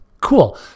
Cool